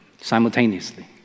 simultaneously